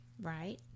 right